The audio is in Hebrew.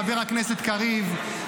חבר הכנסת קריב,